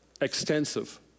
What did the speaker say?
Extensive